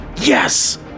Yes